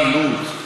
סבלנות.